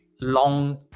long